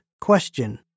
Question